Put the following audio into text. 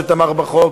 שתמך בחוק,